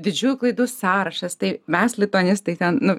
didžiųjų klaidų sąrašas tai mes lituanistai ten nu